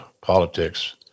politics